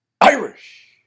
Irish